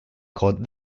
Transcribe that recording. called